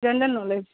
general knowledge